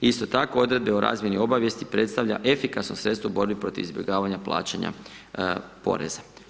Isto tako, odredbe o razmjeni obavijesti predstavlja efikasno sredstvo u borbi protiv izbjegavanja plaćanja poreza.